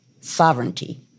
sovereignty